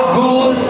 good